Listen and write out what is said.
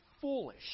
foolish